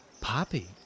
Poppy